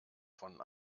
von